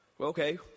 Okay